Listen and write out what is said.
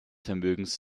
vermögens